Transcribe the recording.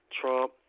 Trump